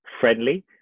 friendly